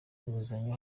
inguzanyo